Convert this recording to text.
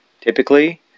typically